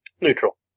Neutral